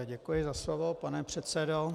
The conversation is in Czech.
Děkuji za slovo, pane předsedo.